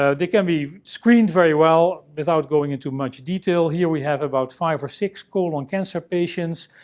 ah they can be screened very well. without going into much detail, here we have about five or six colon cancer patients.